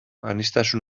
aniztasun